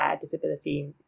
disability